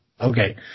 Okay